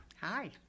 Hi